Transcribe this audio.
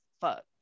fuck